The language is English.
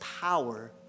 power